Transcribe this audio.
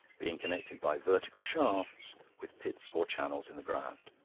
being connected by vertical shafts with pits or channels in the ground.